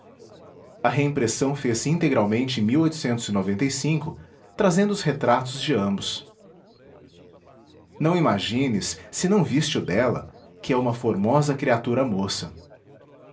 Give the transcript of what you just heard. reimpressão ao trazendo os retratos de ambos não imagines se não viste o dela que é uma formosa criatura moça